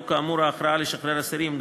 שבו כאמור ההכרעה לשחרר אסירים,